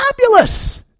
fabulous